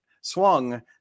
swung